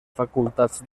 facultats